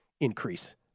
increase